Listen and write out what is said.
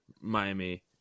Miami